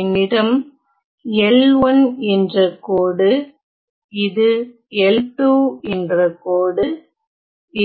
என்னிடம் L1 என்ற கோடு இது L2 என்ற கோடு